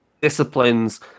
disciplines